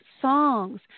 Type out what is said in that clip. Songs